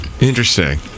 Interesting